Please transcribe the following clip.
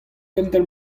gentel